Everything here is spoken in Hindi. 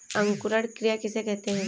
अंकुरण क्रिया किसे कहते हैं?